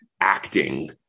acting